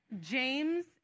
James